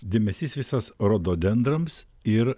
dėmesys visas rododendrams ir